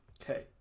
Okay